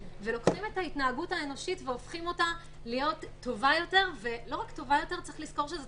לוקחים את ההתנהגות האנושית והופכים אותה להיות טובה יותר ולאורך זמן.